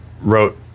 wrote